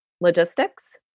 logistics